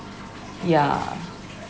yeah